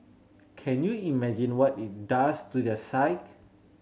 can you imagine what it does to their psyche